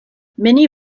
many